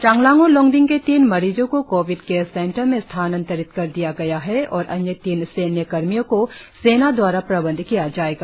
चांगलांग और लोंगडिंग के तीन मरीजों को कोविड केयर सेंटर में स्थानांतरित कर दिया गया है और अन्य तीन सैन्य कर्मियों को सेना द्वारा प्रबंध किया जाएगा